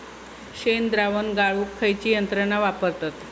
शेणद्रावण गाळूक खयची यंत्रणा वापरतत?